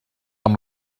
amb